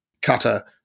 cutter